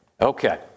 Okay